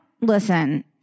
Listen